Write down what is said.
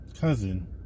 cousin